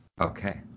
Okay